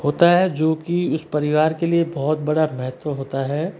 होता है जो कि उस परिवार के लिए बहुत बड़ा महत्व होता है